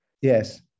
Yes